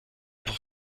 pour